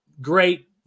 great